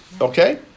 Okay